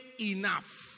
enough